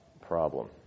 problem